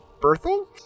Berthel